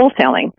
wholesaling